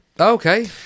okay